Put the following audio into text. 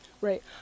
Right